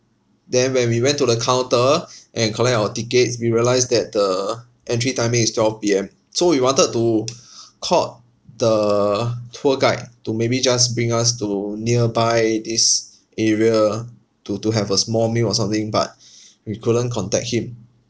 then when we went to the counter and collect our tickets we realised that the entry timing is twelve P_M so we wanted to called the tour guide to maybe just bring us to nearby this area to to have a small meal or something but we couldn't contact him